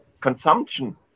consumption